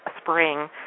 spring